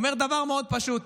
אומרים דבר מאוד פשוט: